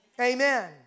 amen